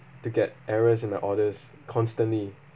to get errors in my orders constantly